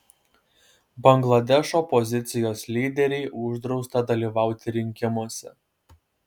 bangladešo opozicijos lyderei uždrausta dalyvauti rinkimuose